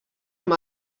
amb